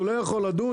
הוא לא יכול לדון,